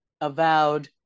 avowed